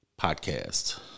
Podcast